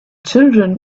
children